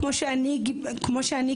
כמו שאני קיבלתי,